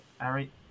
Harry